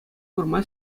курма